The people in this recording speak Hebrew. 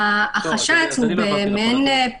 חוות הדעת תכלול התייחסות לעניינים כאמור בסעיף קטן (ב)(1) עד (3).